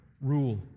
rule